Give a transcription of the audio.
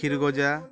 ক্ষীরগজা